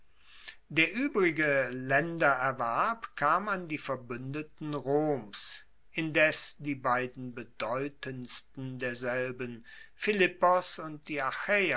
der uebrige laendererwerb kam an die verbuendeten roms indes die beiden bedeutendsten derselben philippos und die